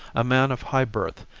a man of high birth,